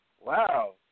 Wow